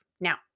Now